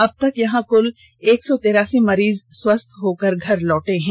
अब तक यहां कुल एक सौ तिरासी मरीज स्वस्थ होकर घर लौट गये हैं